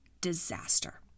Disaster